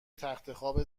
تختخواب